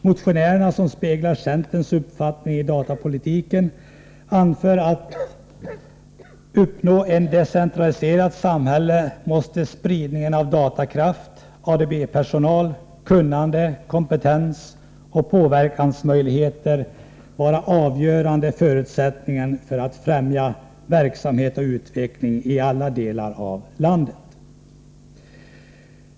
Motionärerna, som speglar centerns uppfattning i datapolitiken, anför att det, för att man skall uppnå ett decentraliserat samhälle, krävs spridning av datakraft, ADB-personal, kunnande, kompetens och påverkansmöjligheter. Det är avgörande förutsättningar för att främja verksamheten och för utveckling i alla delar av landet, sägs det.